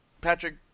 Patrick